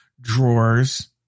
drawers